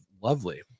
lovely